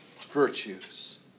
virtues